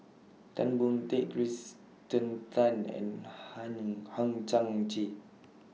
Tan Boon Teik Kirsten Tan and Hang Hang Chang Chieh